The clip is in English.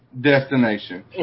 Destination